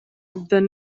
that